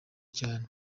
cyane